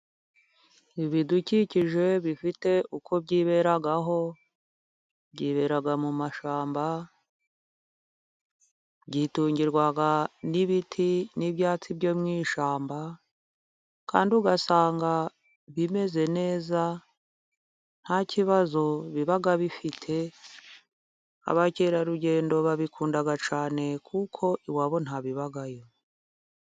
Ibidukikije bifite uko byiberaho， byibera mu mashyamba， byitungirwa n'ibiti n'ibyatsi byo mu ishyamba， kandi ugasanga bimeze neza nta kibazo biba bifite. Abakerarugendo babikunda cyane， kuko iwabo ntabibayo.